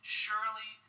surely